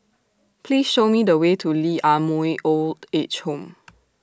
Please Show Me The Way to Lee Ah Mooi Old Age Home